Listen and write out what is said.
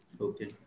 Okay